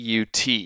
UT